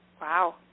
wow